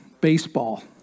baseball